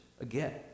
again